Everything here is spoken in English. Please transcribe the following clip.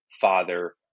father